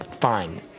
fine